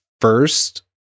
first